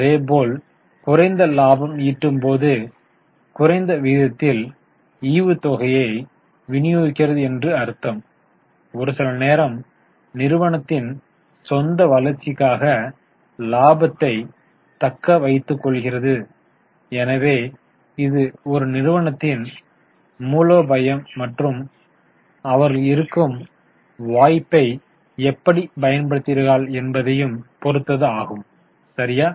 அதேபோல் குறைந்த லாபம் ஈட்டும் போது குறைந்த விகிதத்தில் ஈவுத்தொகையை விநியோகிக்கிறது என்று அர்த்தம் ஒரு சில நேரம் நிறுவனத்தின் சொந்த வளர்ச்சிக்காக லாபத்தை தக்க வைத்துக் கொள்கிறது எனவே இது ஒரு நிறுவனத்தின் மூலோபாயம் மற்றும் அவர்களுக்கு இருக்கும் வாய்ப்பை எப்படி பயன்படுத்துகிறார்கள் என்பதை பொறுத்தது ஆகும் சரியா